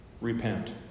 Repent